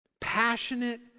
Passionate